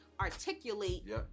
articulate